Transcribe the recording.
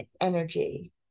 energy